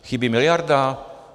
Chybí miliarda?